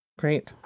Great